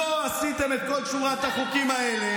לא עשיתם את כל שורת החוקים האלה,